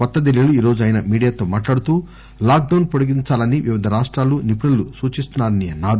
కొత్తడిల్లీలో ఈరోజు ఆయన మీడియాతో మాట్లాడుతూ లాక్ డౌన్ పొడిగించాలని వివిధ రాష్టాలు నిపుణులు సూచిస్తున్నారని అన్నారు